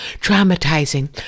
traumatizing